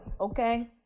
okay